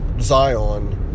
Zion